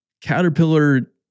Caterpillar